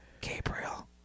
Gabriel